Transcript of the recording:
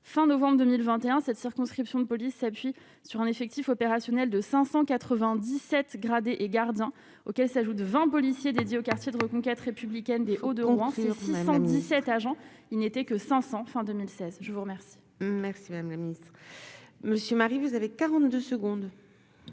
fin novembre 2021 7 circonscriptions de police s'appuie sur un effectif opérationnel de 597 gradés et gardiens, auxquels s'ajoutent 20 policiers dédié au quartier de reconquête républicaine, des hauts de Rouen 617 agents, ils n'étaient que 500 fin 2016 je vous remette. Merci, Madame le Ministre. Monsieur Marie, vous avez 42 secondes.